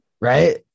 right